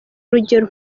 urugero